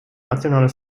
nationale